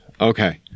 okay